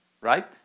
right